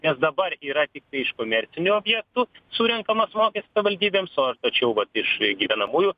nes dabar yra tiktai iš komercinių objektų surenkamas mokestis savivaldybėms o tačiau vat iš gyvenamųjų